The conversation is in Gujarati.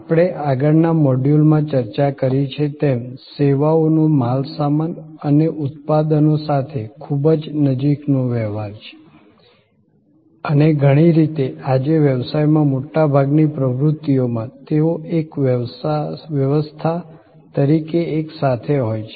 આપણે આગળના મોડ્યુલમાં ચર્ચા કરી છે તેમ સેવાઓનો માલસામાન અને ઉત્પાદનો સાથે ખૂબ જ નજીકનો વહેવાર છે અને ઘણી રીતે આજે વ્યવસાયમાં મોટાભાગની પ્રવૃત્તિઓમાં તેઓ એક વ્યવસ્થા તરીકે એકસાથે હોય છે